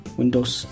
Windows